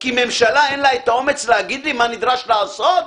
כי לממשלה אין האומץ להגיד לי מה נדרש לעשות?